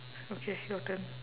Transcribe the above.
okay your turn